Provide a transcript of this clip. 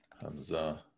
Hamza